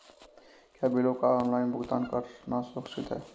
क्या बिलों का ऑनलाइन भुगतान करना सुरक्षित है?